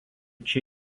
čia